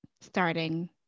starting